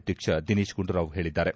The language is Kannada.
ಅಧ್ಯಕ್ಷ ದಿನೇಶ್ ಗುಂಡೂರಾವ್ ಹೇಳಿದ್ದಾರೆ